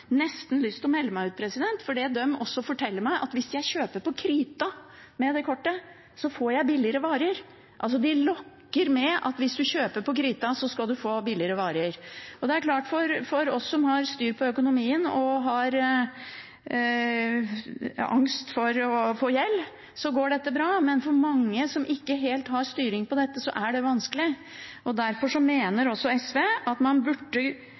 nesten lyst til å melde meg ut, for de forteller meg at hvis jeg kjøper på krita med det kortet, får jeg billigere varer. De lokker med at hvis man kjøper på krita, skal man få billigere varer. Det er klart at for oss som har styr på økonomien og angst for å få gjeld, går dette bra, men for mange som ikke helt har styringen på dette, er det vanskelig. Derfor mener SV at man burde